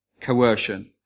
coercion